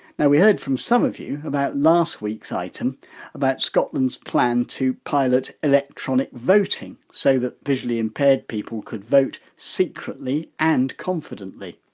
now we heard from some of you about last weeks' item about scotland's plan to pilot electronic voting, so that visually impaired people could vote secretly and confidently.